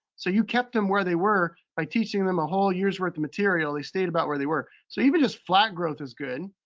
so you kept them where they were by teaching them a whole year's worth of material, they stayed about where they were. so even just flat growth is good.